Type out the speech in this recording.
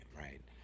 Right